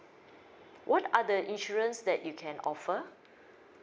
what are the insurance that you can offer